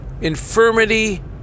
infirmity